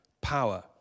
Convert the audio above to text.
power